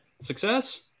success